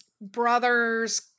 brother's